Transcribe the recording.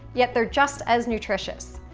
yet they're just as nutritious.